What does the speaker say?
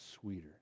sweeter